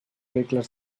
regles